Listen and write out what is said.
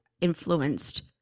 influenced